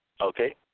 Okay